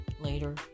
later